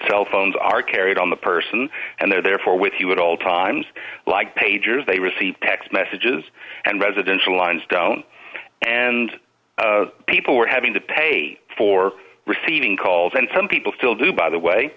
cell phones are carried on the person and they're therefore with you at all times like pagers they receive text messages and residential lines down and people were having to pay for receiving calls and some people still do by the way